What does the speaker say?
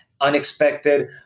Unexpected